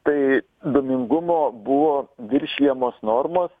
tai dūmingumo buvo viršijamos normos